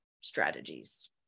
strategies